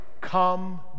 Come